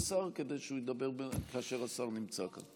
שר כדי שהוא ידבר כאשר השר נמצא כאן.